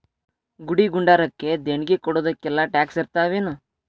ಗುಡಿ ಗುಂಡಾರಕ್ಕ ದೇಣ್ಗಿ ಕೊಡೊದಕ್ಕೆಲ್ಲಾ ಟ್ಯಾಕ್ಸ್ ಇರ್ತಾವೆನು?